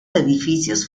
edificios